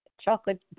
chocolate